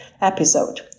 episode